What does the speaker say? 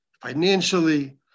financially